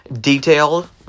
detailed